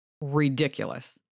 ridiculous